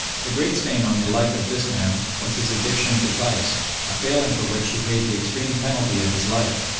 the great stain on the life of this man was his addiction to vice a failing for which he paid the extreme penalty of his life,